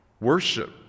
Worship